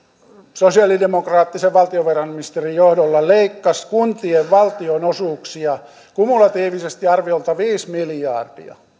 sosialidemokraattisen valtiovarainministerin johdolla leikkasi kuntien valtionosuuksia kumulatiivisesti arviolta viisi miljardia